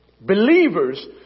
believers